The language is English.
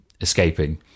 escaping